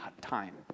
time